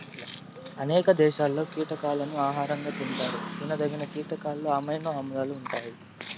అనేక దేశాలలో కీటకాలను ఆహారంగా తింటారు తినదగిన కీటకాలలో అమైనో ఆమ్లాలు ఉంటాయి